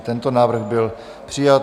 I tento návrh byl přijat.